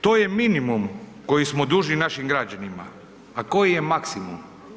To je minimum koji smo dužni našim građanima a koji je maksimum?